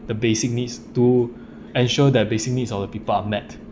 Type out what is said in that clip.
the basic needs to ensure their basic needs of the people are met